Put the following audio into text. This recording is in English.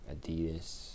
Adidas